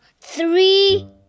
three